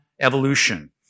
evolution